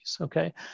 Okay